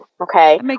Okay